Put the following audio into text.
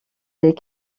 des